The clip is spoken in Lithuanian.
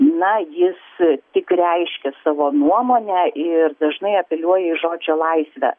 na jis tik reiškia savo nuomonę ir dažnai apeliuoja į žodžio laisvę